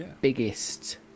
biggest